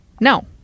no